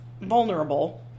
vulnerable